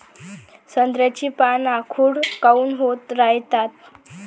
संत्र्याची पान आखूड काऊन होत रायतात?